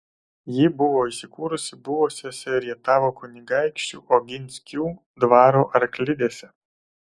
ji buvo įsikūrusi buvusiose rietavo kunigaikščių oginskių dvaro arklidėse